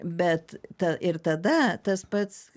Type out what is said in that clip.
bet ta ir tada tas pats